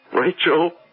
Rachel